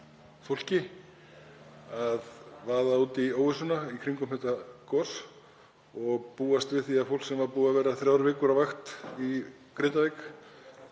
fólki að vaða út í óvissuna í kringum þetta gos og búast við því að fólk sem var búið að vera þrjár vikur á vakt í Grindavík